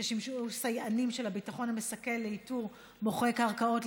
ששימשו סייענים של הביטחון המסכל לאיתור מוכרי קרקעות,